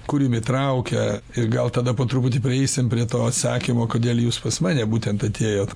kur jumi traukia ir gal tada po truputį prieisim prie to atsakymo kodėl jūs pas mane būtent atėjot